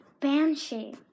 Banshee